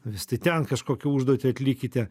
vis tai ten kažkokių užduotį atlikite